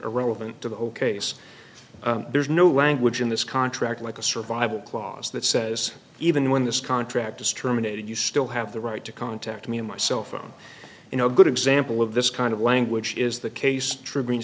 irrelevant to the whole case there's no language in this contract like a survival clause that says even when this contract is terminated you still have the right to contact me on my cell phone you know a good example of this kind of language is the case triggering